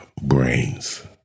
brains